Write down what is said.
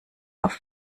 auf